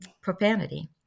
profanity